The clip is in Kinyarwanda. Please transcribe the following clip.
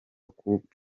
coup